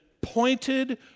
pointed